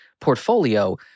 portfolio